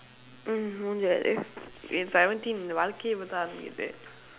mm if seventeen என் வாழ்க்கையே இப்பதான் ஆரம்பிக்குது:en vaazhkkaiyee ippathaan aarampikkuthu